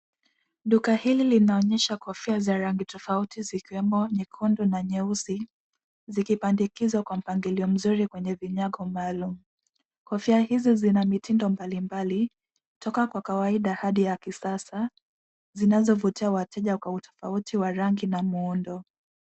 Duka hili linaonyesha kofia za rangi tofauti zikiwemo nyekundu na nyeusi zikipandikizwa kwa mpangilio mzuri kwenye vinyako maalum. Kofia izi zina mitindo mbalimbali toka kwa kawaida hadi ya kisasa zinazovutia wateja kwa tofauti wa rangi na muundo.